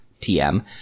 TM